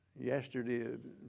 yesterday